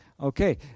Okay